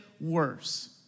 worse